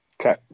Okay